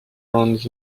rounds